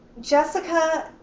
Jessica